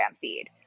feed